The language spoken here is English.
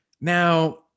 Now